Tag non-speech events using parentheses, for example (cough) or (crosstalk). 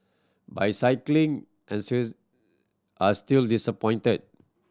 but cycling (unintelligible) are still disappointed